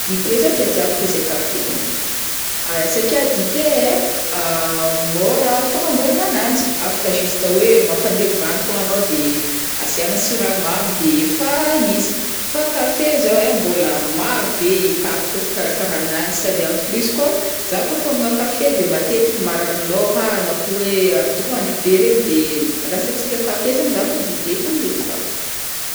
Dité zao tiatiako toy zay Kafe, satria dite ai, môra fagnamboaragna agnanjy, afaka juste oe mampandevy rano fogna anô de asiagna siramamy de efa izy, fa kafe zao ai mbôla maro be étape kô fikarakarananjy sady en plus kô za kô fa hômagna kafe de matetika marary lôha na ko oe atoandro be regny de lasa tsy tia kafe zany za fa dité fôgna le tiako.